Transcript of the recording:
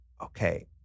okay